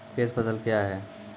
Cash फसल क्या हैं?